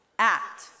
Act